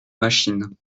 machine